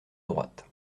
droite